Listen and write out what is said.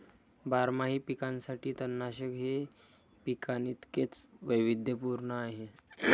बारमाही पिकांसाठी तणनाशक हे पिकांइतकेच वैविध्यपूर्ण आहे